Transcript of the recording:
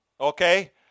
Okay